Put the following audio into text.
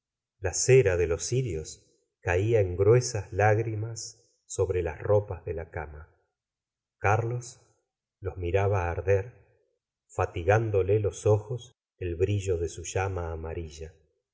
gustavo flaubert de los cirios caía en gruesas lágrimas sobre las ropas de la cama carlos los miraba arder fati gándole los ojos el brillo de su llama amarilla